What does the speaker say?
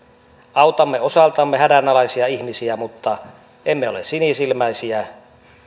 autamme osaltamme hädänalaisia ihmisiä mutta emme ole sinisilmäisiä